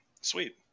Sweet